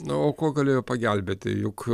na o kuo galėjo pagelbėti juk